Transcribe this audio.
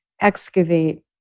excavate